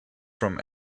from